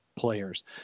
Players